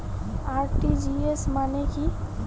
RTGS মানে কি?